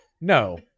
No